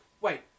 wait